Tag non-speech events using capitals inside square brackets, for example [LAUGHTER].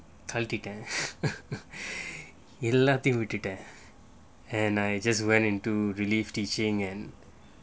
கலட்டிட்டேன் எல்லாத்தையும் விட்டுட்டேன்:kalattittaen ellattaiyum vittuttaen [LAUGHS] and I just went into relief teaching and